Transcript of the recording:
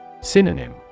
Synonym